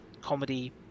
comedy